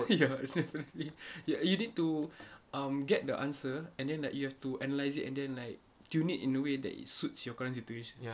ya you need to um get the answer and then like you have to analyse it and then like tune it in a way that it suits your current situation